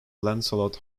lancelot